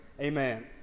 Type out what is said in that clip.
amen